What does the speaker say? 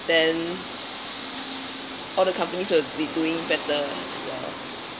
then all the companies will d~ be doing better as well